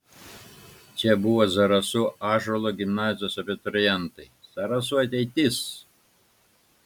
čia buvo zarasų ąžuolo gimnazijos abiturientai zarasų ateitis